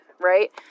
Right